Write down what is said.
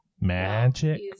Magic